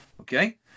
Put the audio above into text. Okay